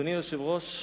אדוני היושב-ראש,